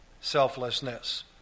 selflessness